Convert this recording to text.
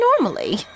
normally